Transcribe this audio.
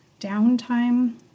downtime